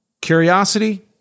Curiosity